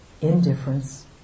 indifference